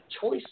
choice